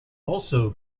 also